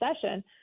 session